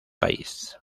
país